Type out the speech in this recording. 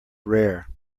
rare